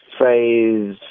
phase